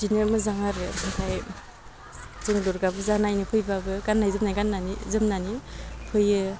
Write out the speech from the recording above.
बिदिनो मोजां आरो ओमफ्राय जों दुर्गा फुजा नायनो फैबाबो गान्नाय जोमनाय गानानै जोमनानै फैयो